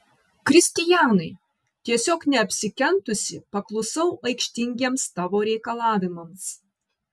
kristianai tiesiog neapsikentusi paklusau aikštingiems tavo reikalavimams